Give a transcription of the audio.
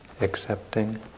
Accepting